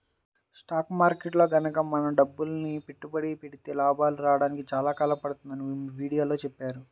stock మార్కెట్టులో గనక మనం డబ్బులని పెట్టుబడి పెడితే లాభాలు రాడానికి చాలా కాలం పడుతుందని వీడియోలో చెప్పారు